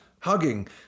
hugging